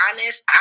honest